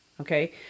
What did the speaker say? Okay